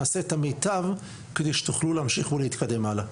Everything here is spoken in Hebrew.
נעשה את המיטב כדי שתוכלו להמשיך ולהתקדם הלאה.